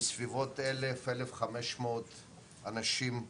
בסביבות 1000-1500 אנשים איכותיים,